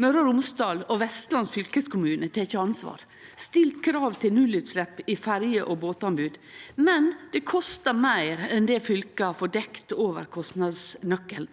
Møre og Romsdal og Vestland fylkeskommunar har teke ansvar og stilt krav til nullutslepp i ferje- og båtanbod, men det kostar meir enn det fylka får dekt over kostnadsnøkkelen.